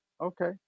Okay